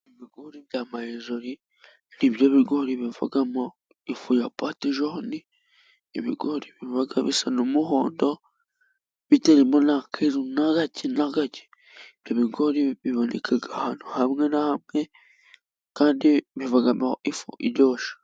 Ibigori bya mayizori ni byo bigori bivamo ifu ya patejone. Ibigori biba bisa n'umuhondo bitarimo n'akeru na gake na gake. Ibyo ibigori biboneka ahantu hamwe na hamwe kandi bivamo ifu iryoshye.